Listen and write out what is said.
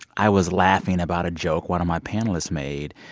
i was laughing about a joke one of my panelists made.